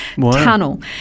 tunnel